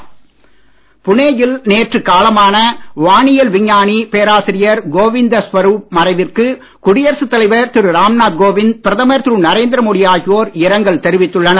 இரங்கல் புனேயில் நேற்று காலமான வானியல் விஞ்ஞானி பேராசிரியர் கோவிந்த ஸ்வரூப் மறைவிற்கு குடியரசு தலைவர் திரு ராம் நாத் கோவிந்த் பிரதமர் திரு நரேந்திர மோடி ஆகியோர் இரங்கல் தெரிவித்துள்ளனர்